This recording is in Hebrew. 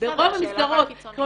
ברוב המסגרות.